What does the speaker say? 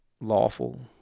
lawful